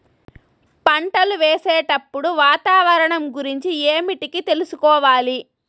పంటలు వేసేటప్పుడు వాతావరణం గురించి ఏమిటికి తెలుసుకోవాలి?